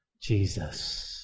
Jesus